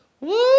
Woo